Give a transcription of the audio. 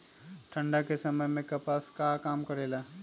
ठंडा के समय मे कपास का काम करेला?